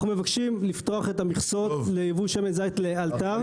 מבקשים לפתוח את המכסות לייבוא שמן זית לאלתר,